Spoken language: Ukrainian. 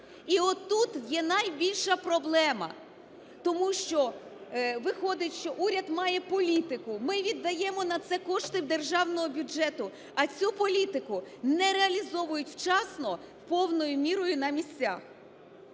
І от тут є найбільша проблема, тому що виходить, що уряд має політику, ми віддаємо на це кошти державного бюджету, а цю політику не реалізовують вчасно повною мірою на місцях.